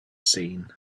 seen